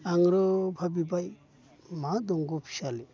आं र' भाबिबाय मा दंग' फिसालै